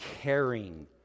caring